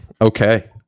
Okay